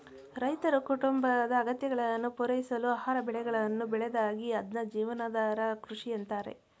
ರೈತರು ಕುಟುಂಬದ ಅಗತ್ಯಗಳನ್ನು ಪೂರೈಸಲು ಆಹಾರ ಬೆಳೆಗಳನ್ನು ಬೆಳೆದಾಗ ಅದ್ನ ಜೀವನಾಧಾರ ಕೃಷಿ ಅಂತಾರೆ